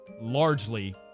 largely